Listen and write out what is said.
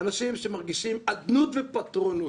אנשים שמרגישים אדנות ופטרונות,